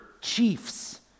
chiefs